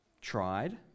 tried